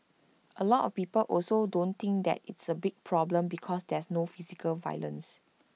A lot of people also don't think that it's A big problem because there's no physical violence